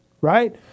right